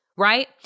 right